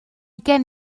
gen